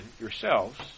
yourselves